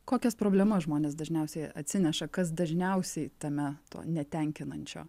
kokias problemas žmonės dažniausiai atsineša kas dažniausiai tame to netenkinančio